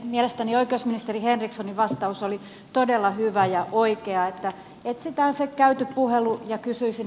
mielestäni oikeusministeri henrikssonin vastaus oli todella hyvä ja oikea että etsitään se käyty puhelu ja kysyisin